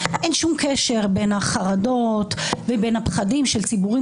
אין שום קשר בין החרדות ובין הפחדים של ציבורים